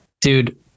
Dude